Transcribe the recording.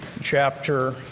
chapter